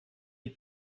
est